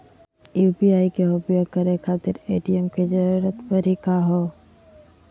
UPI के उपयोग करे खातीर ए.टी.एम के जरुरत परेही का हो?